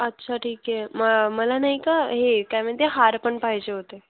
अच्छा ठीक आहे म मला नाही का हे काय म्हणते हार पण पाहिजे होते